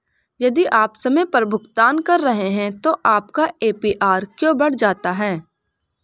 यदि आप समय पर भुगतान कर रहे हैं तो आपका ए.पी.आर क्यों बढ़ जाता है?